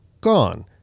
gone